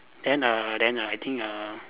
then err then err I think err